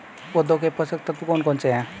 पौधों के पोषक तत्व कौन कौन से हैं?